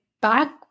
back